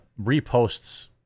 reposts